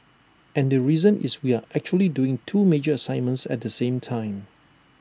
and the reason is we are actually doing two major assignments at the same time